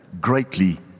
Greatly